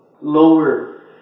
lower